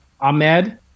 Ahmed